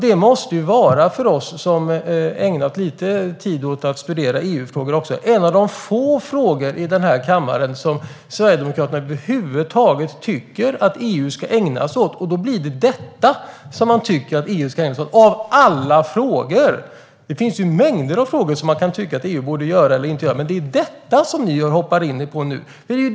Det måste vara för oss som ägnat lite tid åt att studera EU-frågor en av de få frågorna i kammaren som Sverigedemokraterna över huvud taget tycker att EU ska ägna sig åt. Då blir det detta Sverigedemokraterna tycker att EU ska ägna sig åt - av alla frågor! Det finns mängder av frågor som man kan tycka att EU borde ägna sig åt eller inte, men det är detta som ni riktar in er på nu.